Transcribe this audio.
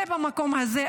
זה במקום הזה.